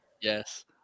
Yes